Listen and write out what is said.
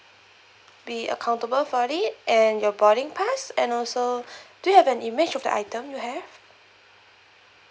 be accountable for it and your boarding pass and also do you have an image of the item you have